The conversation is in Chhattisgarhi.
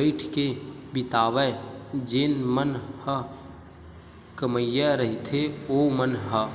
बइठ के बितावय जेन मन ह कमइया रहिथे ओमन ह